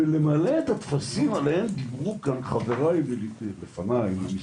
בלמלא את הטפסים שדיברו קודם חבריי מהמשרדים